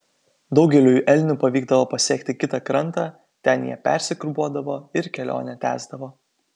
daugeliui elnių pavykdavo pasiekti kitą krantą ten jie persigrupuodavo ir kelionę tęsdavo